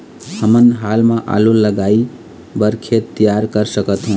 हमन हाल मा आलू लगाइ बर खेत तियार कर सकथों?